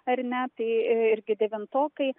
ar ne tai irgi devintokai